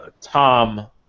Tom